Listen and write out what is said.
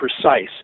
precise